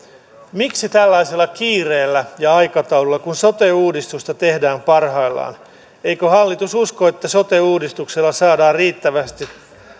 miksi toimitaan tällaisella kiireellä ja aikataululla kun sote uudistusta tehdään parhaillaan eikö hallitus usko että sote uudistuksella saadaan riittävästi